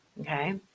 Okay